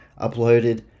uploaded